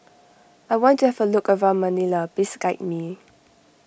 I want to have a look around Manila please guide me